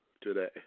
today